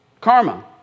karma